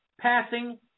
passing